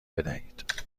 بدهید